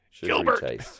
Gilbert